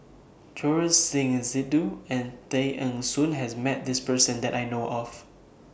Choor Singh Sidhu and Tay Eng Soon has Met This Person that I know of